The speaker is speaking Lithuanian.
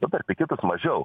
nu per piketus mažiau